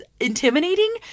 intimidating